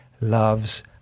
loves